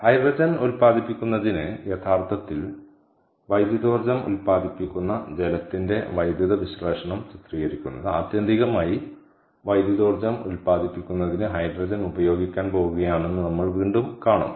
hydrogen ഉൽപ്പാദിപ്പിക്കുന്നതിന് യഥാർത്ഥത്തിൽ വൈദ്യുതോർജ്ജം ഉപയോഗിക്കുന്ന ജലത്തിന്റെ വൈദ്യുതവിശ്ലേഷണം ചിത്രീകരിക്കുന്നത് ആത്യന്തികമായി വൈദ്യുതോർജ്ജം ഉൽപ്പാദിപ്പിക്കുന്നതിന് ഹൈഡ്രജൻ ഉപയോഗിക്കാൻ പോകുകയാണെന്ന് നമ്മൾ വീണ്ടും കാണും